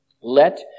Let